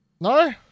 No